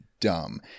dumb